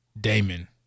damon